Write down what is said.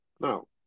no